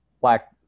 black